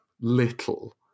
little